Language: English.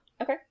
okay